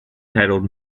titled